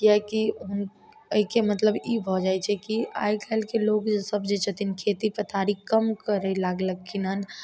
किएककि अइके मतलब ई भऽ जाय छै कि आइ काल्हिके लोग सब जे छथिन खेती पथारी कम करय लागलखिनहन